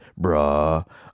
bruh